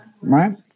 right